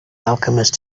alchemist